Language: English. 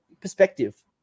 perspective